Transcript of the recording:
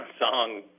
song